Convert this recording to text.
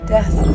Death